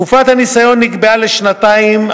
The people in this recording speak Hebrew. תקופת הניסיון נקבעה לשנתיים,